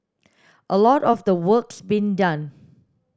a lot of the work's been done